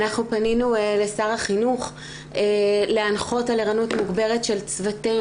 אנחנו פנינו לשר החינוך להנחות על ערנות מוגברת של צוותים